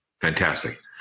Fantastic